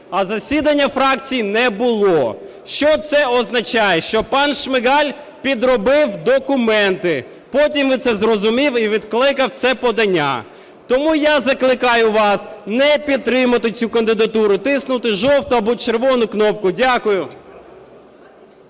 а засідання фракції не було. Що це означає? Що пан Шмигаль підробив документи. Потім він це зрозумів і відкликав це подання. Тому я закликаю вас не підтримувати цю кандидатуру, тиснути жовту або червону кнопку. Дякую.